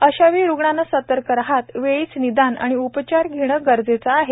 अशा वेळी रूग्णाने सतर्क राहत वेळीच निदान आणि उपचार घेणे गरजेचे आहेत